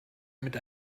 mit